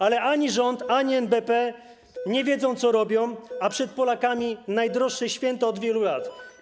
Ale ani rząd, ani NBP nie wiedzą, co robią, a przed Polakami najdroższe święta od wielu lat.